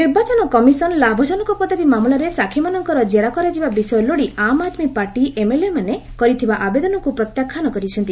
EC ନିର୍ବାଚନ କମିଶନ ଲାଭଜନକ ପଦବୀ ମାମଲାରେ ସାକ୍ଷୀମାନଙ୍କର ଜେରା କରାଯିବା ବିଷୟ ଲୋଡ଼ି ଆମ୍ ଆଦ୍ମୀ ପାର୍ଟି ଏମ୍ଏଲ୍ଏ କରିଥିବା ଆବଦେନକୁ ପ୍ରତ୍ୟାଖ୍ୟାନ କରିଛି